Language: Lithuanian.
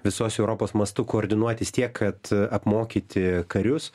visos europos mastu koordinuotis tiek kad apmokyti karius